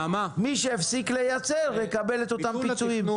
מי שיפסיק לייצר יקבל את אותם פיצויים.